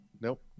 Nope